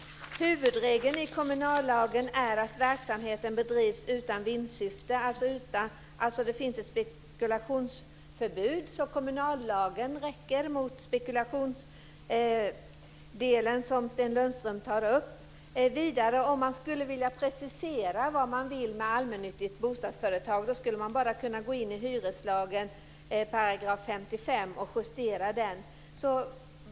Huvudregeln i kommunallagen är att verksamheten bedrivs utan vinstsyfte. Det finns en spekulationsförbud, så kommunallagen räcker i fråga om spekulationsdelen, som Sten Lundström tar upp. Om man skulle vilja precisera vad man vill med ett allmännyttigt bostadsföretag skulle man bara kunna gå in i hyreslagen § 55 och justera den.